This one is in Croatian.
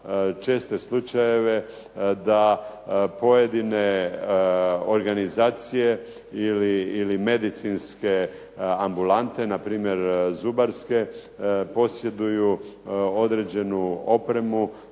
česte slučajeve da pojedine organizacije ili medicinske ambulante, na primjer zubarske posjeduju određenu opremu,